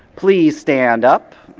please stand up.